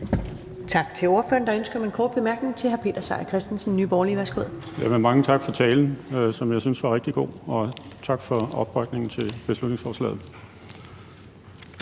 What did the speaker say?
Tak til ordføreren. Der er ønske om en kort bemærkning til hr. Peter Seier Christensen, Nye Borgerlige. Værsgo. Kl. 14:16 Peter Seier Christensen (NB): Mange tak for talen, som jeg syntes var rigtig god, og tak for opbakningen til beslutningsforslaget.